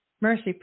Mercy